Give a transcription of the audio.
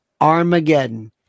Armageddon